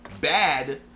bad